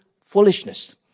foolishness